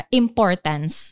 importance